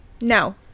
No